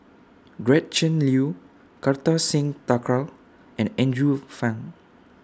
Gretchen Liu Kartar Singh Thakral and Andrew Phang